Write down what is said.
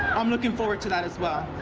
i'm looking forward to that as well.